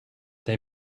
they